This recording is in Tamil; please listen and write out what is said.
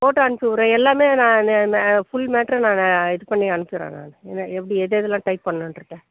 ஃபோட்டோ அனுப்பிச்சி விட்றேன் எல்லாமே நான் நான் ஃபுல் மேட்ரு நாங்கள் இது பண்ணி அனுப்பிவிட்றேங்க எப்படி எது எதெல்லாம் டைப் பண்ணணுங்றத